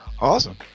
Awesome